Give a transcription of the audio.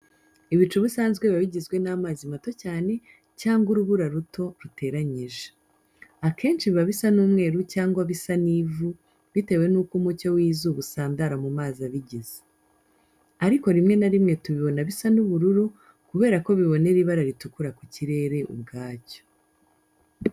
Ibicu ubusanzwe biba bigizwe n’amazi mato cyane, cyangwa urubura ruto ruteranyije. Akenshi biba bisa n’umweru cyangwa ibisa n’ivu bitewe n’uko umucyo w’izuba usandara mu mazi abigize. Ariko rimwe na rimwe tubibona bisa n’ubururu kubera ko bibonera ibara rituruka ku kirere ubwacyo.